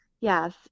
yes